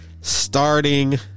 starting